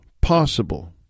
possible